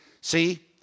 see